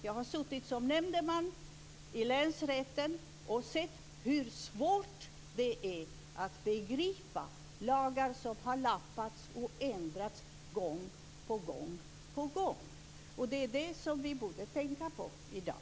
Jag har suttit som nämndeman i länsrätten och sett hur svårt det är att begripa lagar som har lappats och ändrats gång på gång. Det borde vi tänka på i dag.